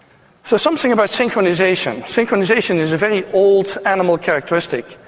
so something about synchronisation. synchronisation is a very old animal characteristic,